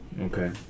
Okay